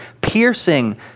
piercing